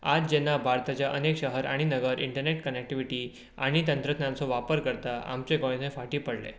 आज जेन्ना भारताच्या अनेक शहर आनी नगर इंटरनॅट कनॅक्टिविटी आनी तंत्रज्ञानाचो वापर करता आमचें गोंय थंय फाटीं पडलें